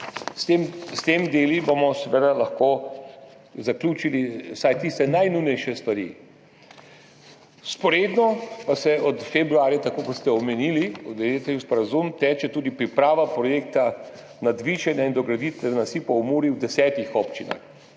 S temi deli bomo seveda lahko zaključili vsaj tiste najnujnejše stvari. Vzporedno pa od februarja, tako kot ste omenili glede tega sporazuma, teče tudi priprava projekta nadvišanja in dograditve nasipov ob Muri v 10 občinah.